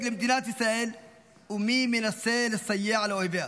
למדינת ישראל ומי מנסה לסייע לאויביה.